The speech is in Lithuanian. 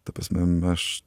ta prasme aš